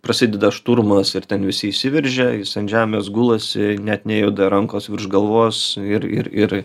prasideda šturmas ir ten visi įsiveržia jis ant žemės gulasi net nejuda rankos virš galvos ir ir ir